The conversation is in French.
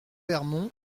vernon